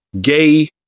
gay